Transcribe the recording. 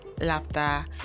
Laughter